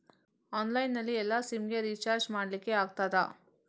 Online ನಲ್ಲಿ ಎಲ್ಲಾ SIM ಗೆ ರಿಚಾರ್ಜ್ ಮಾಡಲಿಕ್ಕೆ ಆಗ್ತದಾ?